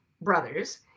brothers